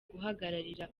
guhagararira